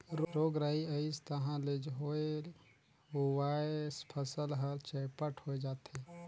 रोग राई अइस तहां ले होए हुवाए फसल हर चैपट होए जाथे